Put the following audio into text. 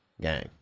Gang